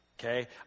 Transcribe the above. Okay